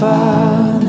Father